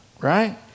right